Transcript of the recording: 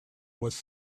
was